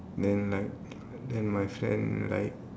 then like then my friend like